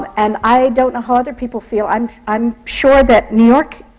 and i don't know other people feel. i'm i'm sure that new york